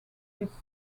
this